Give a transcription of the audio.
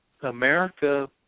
America